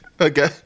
Okay